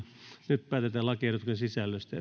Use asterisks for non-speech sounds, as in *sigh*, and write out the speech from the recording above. nyt päätetään lakiehdotuksen sisällöstä *unintelligible*